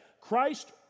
Christ